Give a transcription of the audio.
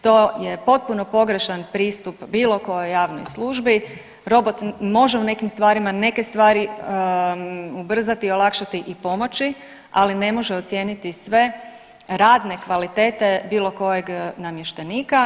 To je potpuno pogrešan pristup bilo kojoj javnoj službi, robot može u nekim stvarima neke stvari ubrzati, olakšati i pomoći, ali ne može ocijeniti sve radne kvalitete, bilo kojeg namještenika.